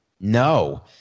No